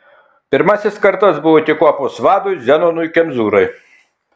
pirmasis kartas buvo tik kuopos vadui zenonui kemzūrai